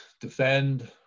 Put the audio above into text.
defend